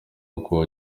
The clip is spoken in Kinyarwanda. uko